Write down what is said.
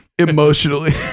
Emotionally